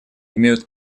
имеют